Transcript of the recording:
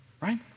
right